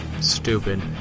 Stupid